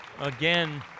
again